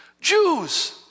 Jews